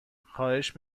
خواهش